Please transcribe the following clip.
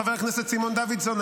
חבר הכנסת סימון דוידסון,